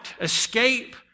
escape